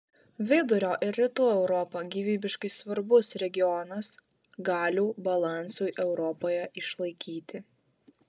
vidurio ir rytų europa gyvybiškai svarbus regionas galių balansui europoje išlaikyti